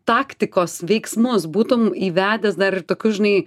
taktikos veiksmus būtum įvedęs dar ir tokius žinai